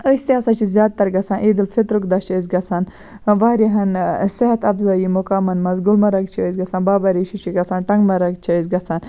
أسۍ تہِ ہسا چھِ زیادٕ تَر گژھان عیٖدُ الفِطرُک دۄہ چھِ أسۍ گژھان واریاہَن صحت افضٲیی مُکامَن منٛز گُلمرگ چھِ أسۍ گژھان بابا ریٖشی چھِ گژھان ٹنٛگ مرگ چھِ أسۍ گژھان